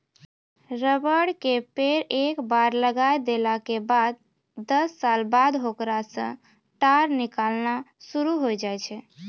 rubber के पेड़ एक बार लगाय देला के बाद दस साल बाद होकरा सॅ टार निकालना शुरू होय जाय छै